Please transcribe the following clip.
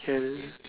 can